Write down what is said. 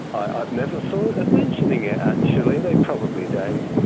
i've never thought of mentioning it, actually. they probably don't.